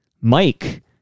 Mike